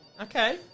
Okay